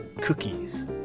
cookies